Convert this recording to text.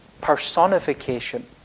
personification